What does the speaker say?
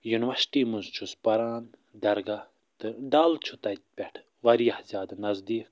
university منٛز چھُس پَران درگاہ تہٕ ڈل چھُ تَتہِ پٮ۪ٹھ وارِیاہ زیادٕ نزدیٖک